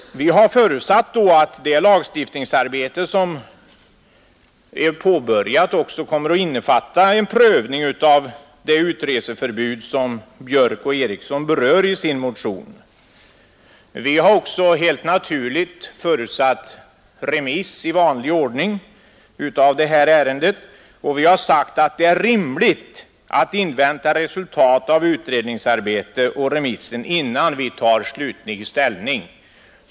Vi har förutsatt att det lagstiftningsarbete som är påbörjat också kommer att innefatta en prövning av det reseförbud som herrar Björk och Ericson berör i sin motion. Vi har också helt naturligt räknat med remiss i vanlig ordning av detta ärende och anfört att det är rimligt att avvakta resultat av utredningsarbetet och remissen innan man tar slutlig ställning.